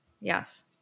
Yes